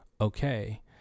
okay